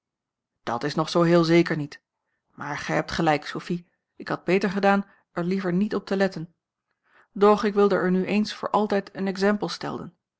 dat is nog zoo heel zeker niet maar gij hebt gelijk sophie ik had beter gedaan er liever niet op te letten doch ik wilde nu eens voor altijd een exempel stellen